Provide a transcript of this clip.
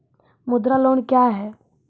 मुद्रा लोन क्या हैं?